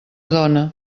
dona